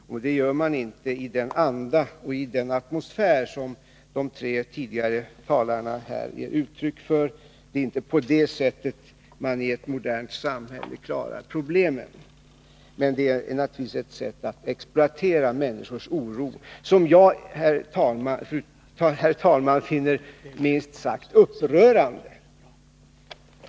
Och det gör man inte i den anda och den atmosfär som de tre tidigare talarna har gett uttryck för. Det är inte på det sättet man i ett modernt samhälle klarar problemen. Det är ett sätt att exploatera människors oro som jag, herr talman, finner minst sagt upprörande.